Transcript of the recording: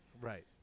Right